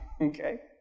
okay